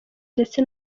ndetse